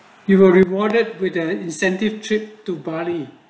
you are rewarded with added incentive trip to bali